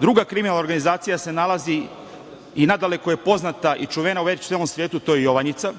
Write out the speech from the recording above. Druga kriminalna organizacija se nalazi i nadaleko je poznata i čuvena u celom svetu, to je Jovanjica,